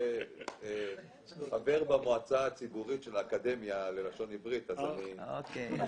באריכות החיים הליניארית אנחנו מדברים